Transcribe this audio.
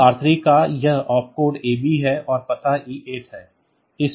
MOV R3 का यह Op code AB है और पता E8 है